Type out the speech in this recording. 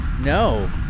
no